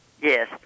Yes